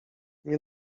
nie